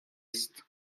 است